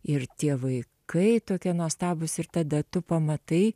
ir tie vaikai tokie nuostabūs ir tada tu pamatai